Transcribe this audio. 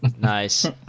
Nice